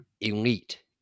elite